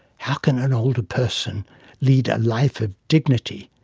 how can an older person lead a life of dignity,